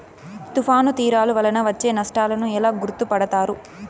తుఫాను తీరాలు వలన వచ్చే నష్టాలను ఎలా గుర్తుపడతారు?